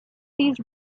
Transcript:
these